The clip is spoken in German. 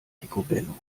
picobello